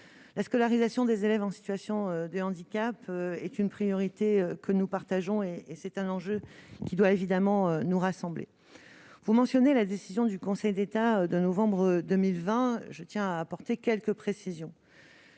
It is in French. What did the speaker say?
la scolarisation des élèves en situation de handicap est une priorité que nous partageons et et c'est un enjeu qui doit évidemment nous rassembler, vous mentionnez la décision du Conseil d'État de novembre 2020, je tiens à apporter quelques précisions